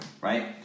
right